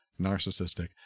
narcissistic